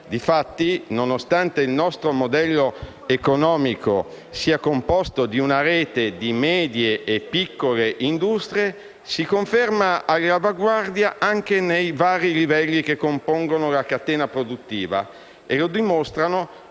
Difatti, nonostante il nostro modello economico sia composto di una rete di medie e piccole industrie, si conferma all'avanguardia anche nei vari livelli che compongono la catena produttiva. E lo dimostrano